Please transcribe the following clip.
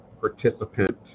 participant